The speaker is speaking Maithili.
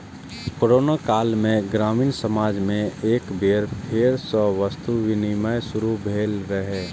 कोरोना काल मे ग्रामीण समाज मे एक बेर फेर सं वस्तु विनिमय शुरू भेल रहै